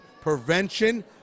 prevention